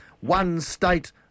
one-state